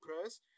Press